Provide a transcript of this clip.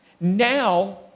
now